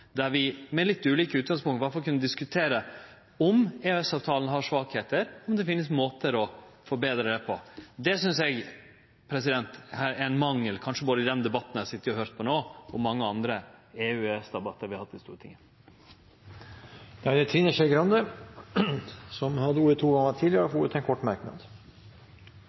der vi, med litt ulike utgangspunkt, i alle fall kunne diskutere om EØS-avtalen har svakheiter, og om det finst måtar å forbetre han på. Det synest eg er ein mangel, både i den debatten eg har sete og høyrt på no, og i andre EU- og EØS-debattar vi har hatt i Stortinget. Representanten Trine Skei Grande har hatt ordet to ganger tidligere og får ordet til en kort merknad,